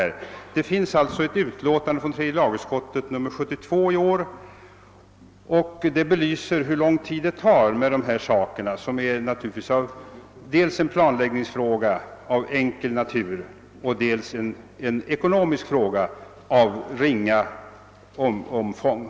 Frågan finns behandlad i tredje lagutskottets utlåtande nr 72 för i år, och där finns också en belysning av hur lång tid sådana ärenden tar. Här gäller det dels en planläggningsfråga av enkel natur, dels en ekonomisk fråga av ringa omfång.